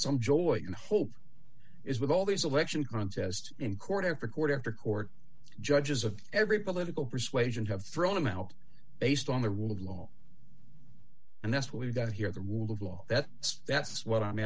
some joy and hope is with all these election contest in court after court after court judges of every political persuasion have thrown them out based on the rule of law and that's what we've got here the rule of law that says that's what i'm